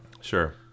Sure